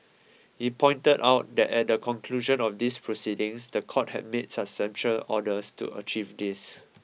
he pointed out that at the conclusion of these proceedings the court had made substantial orders to achieve this